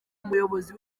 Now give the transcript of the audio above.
umuyobozi